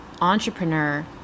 entrepreneur